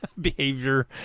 behavior